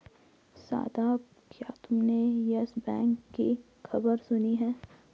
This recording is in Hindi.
शादाब, क्या तुमने यस बैंक की खबर सुनी है?